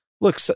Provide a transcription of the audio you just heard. look